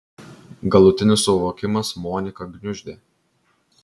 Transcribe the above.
galutinis suvokimas moniką gniuždė